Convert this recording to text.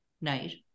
night